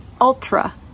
ultra